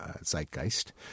zeitgeist